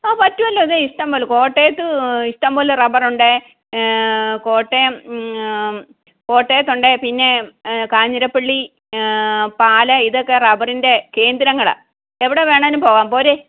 ആ പറ്റുവല്ലോ ദേ ഇഷ്ടംപോലെ കോട്ടയത്ത് ഇഷ്ടംപോലെ റബ്ബർ ഉണ്ട് കോട്ടയം കോട്ടയത്തുണ്ട് പിന്നെ കാഞ്ഞിരപ്പള്ളി പാലാ ഇതൊക്കെ റബ്ബറിൻ്റെ കേന്ദ്രങ്ങളാ എവടെ വേണേനും പോകാം പോര്